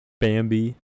Bambi